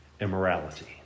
immorality